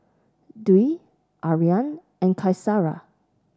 Dwi Aryan and Qaisara